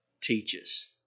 teaches